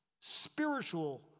spiritual